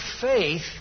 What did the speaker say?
faith